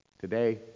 today